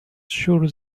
sure